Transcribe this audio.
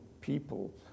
people